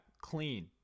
clean